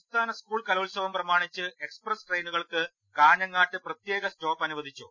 സംസ്ഥാന സ്കൂൾ കലോത്സവം പ്രമാണിച്ച് എക്സ്പ്രസ് ട്രെയി നുകൾക്ക് കാഞ്ഞങ്ങാട്ട് പ്രത്യേക സ്റ്റോപ്പ് അനുവദിച്ചു